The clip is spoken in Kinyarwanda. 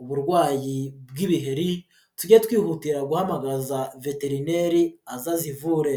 uburwayi bw'ibiheri tujye twihutira guhamagaza veterineri aze azivure.